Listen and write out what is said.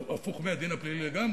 הפוך מהדין הפלילי לגמרי.